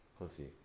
così